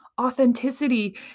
Authenticity